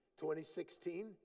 2016